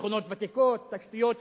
שכונות ותיקות, תשתיות וכבישים.